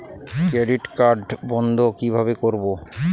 Credit card বন্ধ কিভাবে করবো?